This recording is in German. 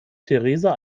theresa